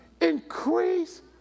Increase